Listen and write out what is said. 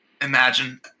imagine